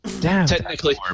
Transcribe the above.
Technically